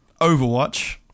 Overwatch